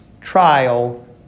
trial